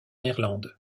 irlande